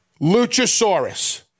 luchasaurus